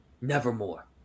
Nevermore